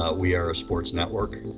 ah we are a sports network.